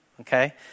Okay